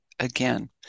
again